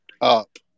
up